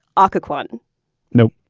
occoquan nope.